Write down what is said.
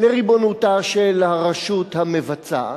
לריבונותה של הרשות המבצעת,